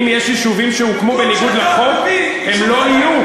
אם יש יישובים שהוקמו בניגוד לחוק, הם לא יהיו.